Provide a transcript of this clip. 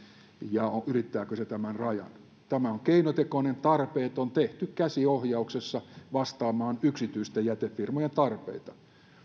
ja ylittääkö se tämän rajan tämä on keinotekoinen tarpeeton tehty käsiohjauksessa vastaamaan yksityisten jätefirmojen tarpeita